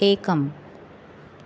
एकम्